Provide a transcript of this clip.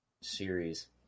series